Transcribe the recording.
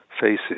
faces